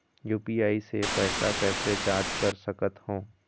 UPI से पैसा कैसे जाँच कर सकत हो?